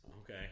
Okay